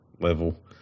level